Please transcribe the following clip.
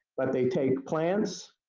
but they take plants,